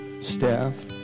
staff